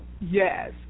yes